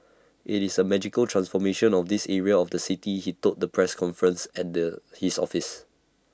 IT is A magical transformation of this area of the city he told the press conference at the his offices